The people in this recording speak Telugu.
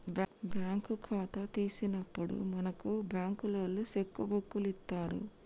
బ్యాంకు ఖాతా తీసినప్పుడే మనకు బంకులోల్లు సెక్కు బుక్కులిత్తరు